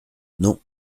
non